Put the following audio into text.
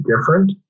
different